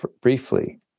briefly